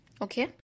Okay